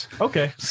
Okay